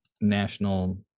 national